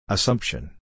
Assumption